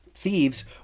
thieves